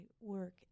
work